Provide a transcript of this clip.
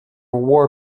war